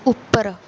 ਉੱਪਰ